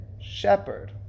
shepherd